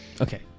Okay